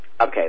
okay